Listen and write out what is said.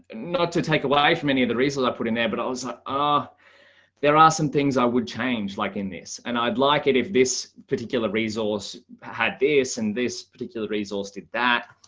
and not to take away from any of the reasons i put in there, but also are ah there are some things i would change like in this and i'd like it if this particular resource had this and this particular resource did that.